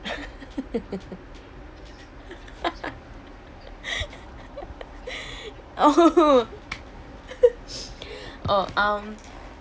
oh oh um